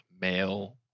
male